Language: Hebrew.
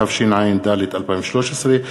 התשע"ד 2013,